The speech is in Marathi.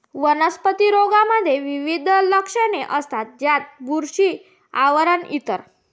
वनस्पती रोगांमध्ये विविध लक्षणे असतात, ज्यात बुरशीचे आवरण इ